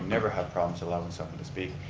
never have problems allowing someone to speak.